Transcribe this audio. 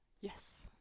Yes